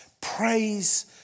praise